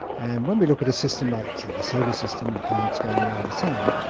and when we look at a system like, say, the solar system, the planets going around the sun,